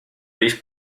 reef